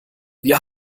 wir